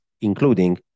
including